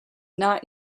not